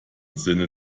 sinne